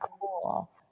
cool